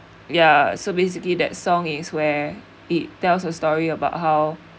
ya so basically that song is where it tells a story about how